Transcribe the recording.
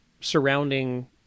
surrounding